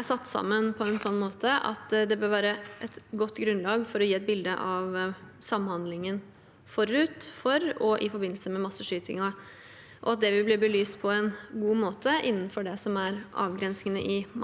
er satt sammen på en slik måte at det bør være et godt grunnlag for å gi et bilde av samhandlingen forut for og i forbindelse med masseskytingen, og at det vil bli belyst på en god måte innenfor det som er